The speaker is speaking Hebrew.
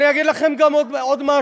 אני אגיד לכם גם עוד משהו: